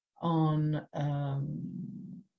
on